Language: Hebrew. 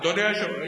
אתי.